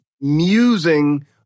musing